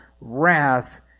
wrath